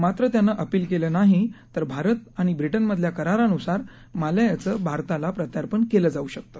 मात्र त्यानं अपील केलं नाही तर भारत आणि ब्रिटनमधल्या करारानूसार माल्या याचं भारताला प्रत्यार्पण केलं जाऊ शकतं